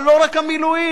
אבל לא רק המילואים.